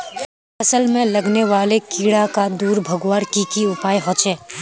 फसल में लगने वाले कीड़ा क दूर भगवार की की उपाय होचे?